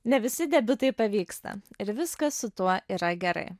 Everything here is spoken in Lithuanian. ne visi debiutai pavyksta ir viskas su tuo yra gerai